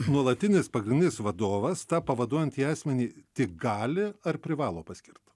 nuolatinis pagrindinis vadovas tą pavaduojantį asmenį tik gali ar privalo paskirt